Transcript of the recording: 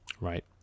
Right